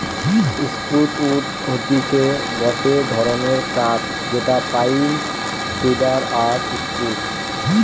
spruce wood হতিছে গটে ধরণের কাঠ যেটা পাইন, সিডার আর স্প্রুস